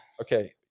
okay